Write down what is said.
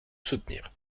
soutenir